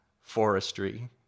forestry